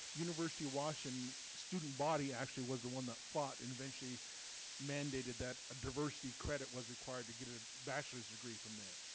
university of washington student body actually was the one that fought and eventually mandated that a diversity credit was required to get a bachelor's degree from there.